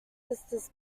sisters